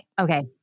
Okay